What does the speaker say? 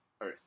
Earth